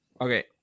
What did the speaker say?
okay